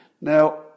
Now